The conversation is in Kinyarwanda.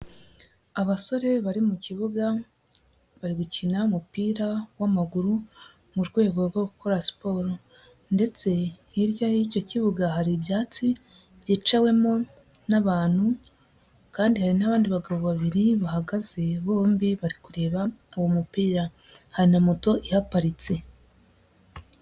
Abasore bari mu kibuga bari gukina umupira w'amaguru mu rwego rwo gukora siporo ndetse hirya y'icyo kibuga hari ibyatsi byicawemo n'abantu kandi hari n'abandi bagabo babiri bahagaze bombi bari kureba uwo mupira, hari na moto ihaparitse.